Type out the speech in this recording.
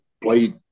played